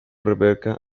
rebeca